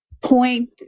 point